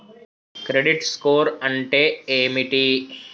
Credit score అంటే ఏమిటి?